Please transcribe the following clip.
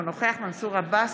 אינו נוכח מנסור עבאס,